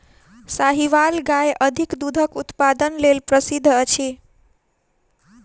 साहीवाल गाय अधिक दूधक उत्पादन लेल प्रसिद्ध अछि